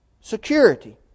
security